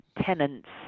tenants